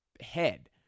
head